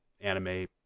anime